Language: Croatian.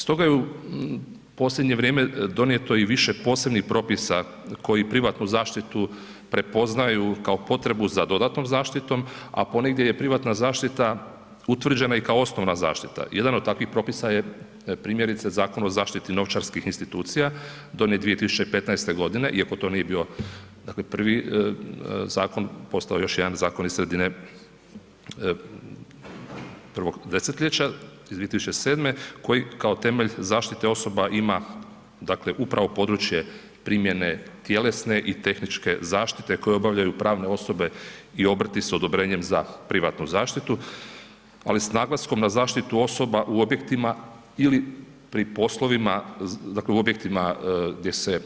Stoga je u posljednje vrijeme donijeto i više posebnih propisa koji privatnu zaštitu prepoznaju kao potrebu za dodatnom zaštitom a ponegdje je privatna zaštita utvrđena i kao osnovna zaštita, jedan od takvih propisa je primjerice Zakon o zaštiti novčarskih institucija donijet 2016. iako to nije bio prvi zakon, postojao je još jedan zakon iz sredine prvog desetljeća iz 2007. koji kao temelj zaštite osoba ima, dakle, upravo područje primjene tjelesne i tehničke zaštite koje obavljaju pravne osobe i obrti s odobrenjem za privatnu zaštitu, ali s naglaskom za zaštitu osoba u objektima ili pri poslovima dakle, u objektima, gdje se